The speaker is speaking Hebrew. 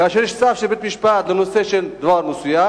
כאשר יש צו של בית-משפט לנושא של דבר מסוים,